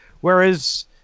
whereas